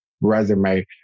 resume